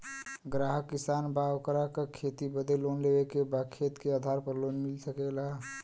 ग्राहक किसान बा ओकरा के खेती बदे लोन लेवे के बा खेत के आधार पर लोन मिल सके ला?